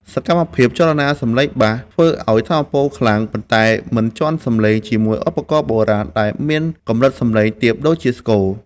សកម្មភាពរចនាសំឡេងបាស ឱ្យមានថាមពលខ្លាំង ប៉ុន្តែមិនជាន់សំឡេងជាមួយឧបករណ៍បុរាណដែលមានកម្រិតសំឡេងទាបដូចជាស្គរធំ។